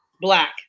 black